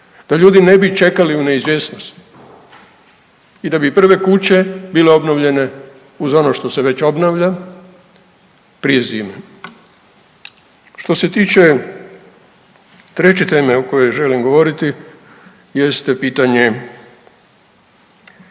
da ljudi ne bi čekali u neizvjesnosti i da bi prve kuće bile obnovljene uz ono što se već obnavlja prije zime. Što se tiče treće teme o kojoj želim govoriti jeste pitanje